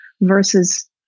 versus